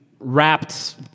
wrapped